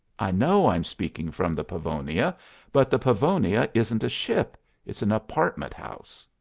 i know i'm speaking from the pavonia but the pavonia isn't a ship it's an apartment-house.